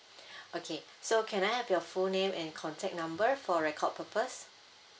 okay so can I have your full name and contact number for record purpose